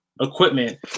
equipment